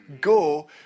Go